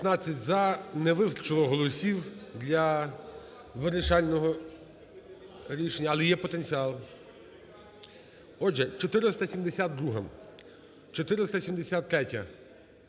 За-19 Не вистачило голосів для вирішального рішення, але є потенціал. Отже, 472-а.